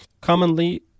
commonly